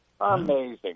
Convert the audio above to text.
Amazing